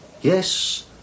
Yes